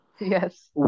Yes